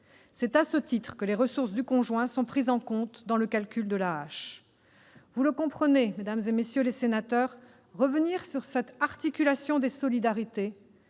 C'est à ce titre que les ressources du conjoint sont prises en compte dans le calcul de l'AAH. Vous le comprenez, mesdames, messieurs les sénateurs, revenir sur cette articulation des solidarités,